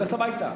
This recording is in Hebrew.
ללכת הביתה.